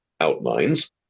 outlines